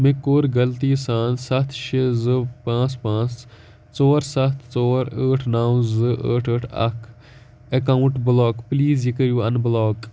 مےٚ کوٚر غلطی سان سَتھ شےٚ زٕ پانٛژھ پانٛژھ ژور سَتھ ژور ٲٹھ نَو زٕ ٲٹھ ٲٹھ اکھ اکاونٹ بلاک پلیٖز یہِ کٔرِو اَنبلاک